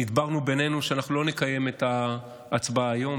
נדברנו בינינו שאנחנו לא נקיים את ההצבעה היום.